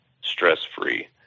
stress-free